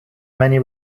many